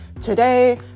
today